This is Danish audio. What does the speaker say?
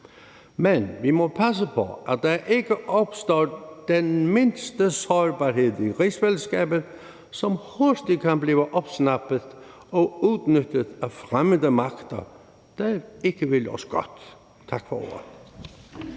men vi må passe på, at der ikke opstår den mindste sårbarhed i rigsfællesskabet, som hurtigt kan blive opsnappet og udnyttet af fremmede magter, der ikke vil os det godt. Tak for ordet.